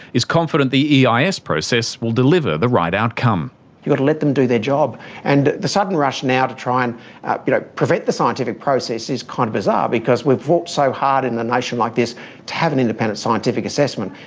is confident the eis process will deliver the right outcome. you got to let them do their job and the sudden rush now to try and prevent the scientific process is kind of bizarre because we've worked so hard in a nation like this to have an independent scientific assessment.